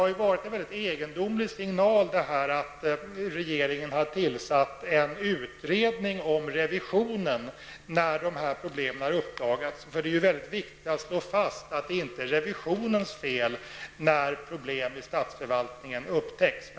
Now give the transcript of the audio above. Det har varit en väldigt egendomlig signal att regeringen tillsatt en utredning om revisionen när dessa problem uppdagats. Det är viktigt att slå fast att det inte är revisionens fel när problem i statsförvaltningen upptäcks.